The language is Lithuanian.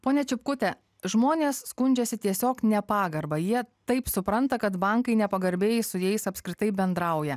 ponia čipkute žmonės skundžiasi tiesiog nepagarba jie taip supranta kad bankai nepagarbiai su jais apskritai bendrauja